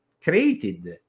created